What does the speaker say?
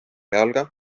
jalga